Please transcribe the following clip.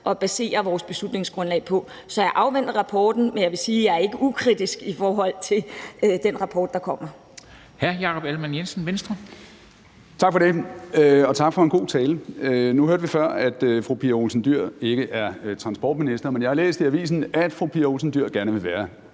at basere vores beslutningsgrundlag på, så jeg afventer rapporten, men jeg vil sige, at jeg ikke er ukritisk i forhold til den rapport, der kommer.